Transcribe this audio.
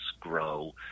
grow